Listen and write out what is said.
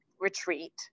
retreat